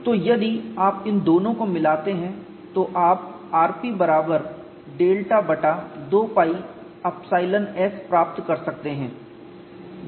तो यदि आप इन दोनों को मिलाते हैं तो आप rp बराबर डेल्टा बटा 2 π ϵ s प्राप्त कर सकते हैं